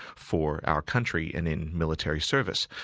for our country and in military service.